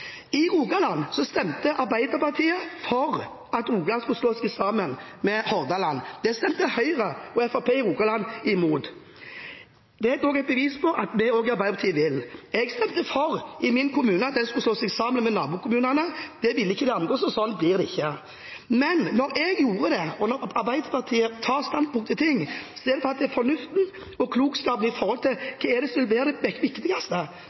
I Rogaland stemte Arbeiderpartiet for at Rogaland skulle slå seg sammen med Hordaland. Det stemte Høyre og Fremskrittspartiet i Rogaland imot. Det er også et bevis på at vi i Arbeiderpartiet vil. Jeg stemte for at min kommune skulle slå seg sammen med nabokommunene. Det ville ikke de andre, så sånn blir det ikke. Men når jeg gjorde det, og når Arbeiderpartiet tar standpunkt til ting, er det faktisk ut fra fornuften og klokskapen med hensyn til hva som vil være det viktigste,